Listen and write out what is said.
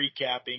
recapping